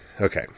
Okay